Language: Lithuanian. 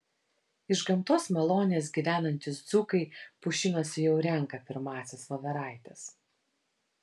iš gamtos malonės gyvenantys dzūkai pušynuose jau renka pirmąsias voveraites